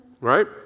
Right